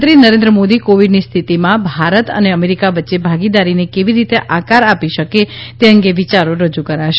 પ્રધાનમંત્રી નરેન્દ્ર મોદી કોવિડની સ્થિતિમાં ભારત અને અમેરિકા વચ્ચે ભાગીદારીને કેવી રીતે આકાર આપી શકે છે તે અંગે વિયારો રજૂ કરાશે